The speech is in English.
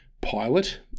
pilot